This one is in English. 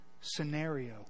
scenario